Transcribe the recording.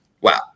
Wow